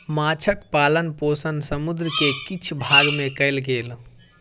माँछक पालन पोषण समुद्र के किछ भाग में कयल गेल